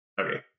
Okay